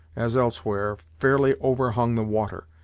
as elsewhere, fairly overhung the water,